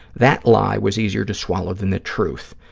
that lie was easier to swallow than the truth.